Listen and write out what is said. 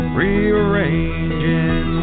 rearranging